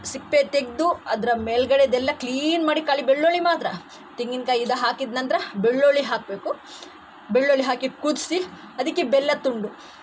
ಸಿಪ್ಪೆ ತೆಗೆದು ಅದರ ಮೇಲುಗಡೆದೆಲ್ಲ ಕ್ಲೀನ್ ಮಾಡಿ ಕಾಲಿ ಬೆಳ್ಳುಳ್ಳಿ ಮಾತ್ರ ತೆಂಗಿನಕಾಯಿ ಇದು ಹಾಕಿದ ನಂತರ ಬೆಳ್ಳುಳ್ಳಿ ಹಾಕಬೇಕು ಬೆಳ್ಳುಳ್ಳಿ ಹಾಕಿ ಕುದಿಸಿ ಅದಕ್ಕೆ ಬೆಲ್ಲ ತುಂಡು